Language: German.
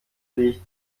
dicht